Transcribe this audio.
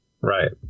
Right